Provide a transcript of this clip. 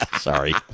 Sorry